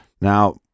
Now